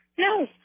No